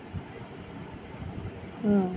হুম